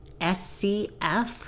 scf